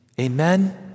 Amen